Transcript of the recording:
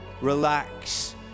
relax